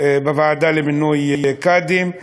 למינוי קאדים,